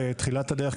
שנאמרו בתחילת הדרך,